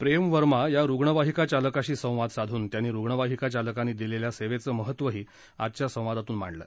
प्रेम वर्मा या रुग्णवाहिका चालकाशी संवाद साधून त्यांनी रुग्णवाहिका चालकांनी दिलेल्या सेवेचं महत्वही आजच्या संवादातून मांडलं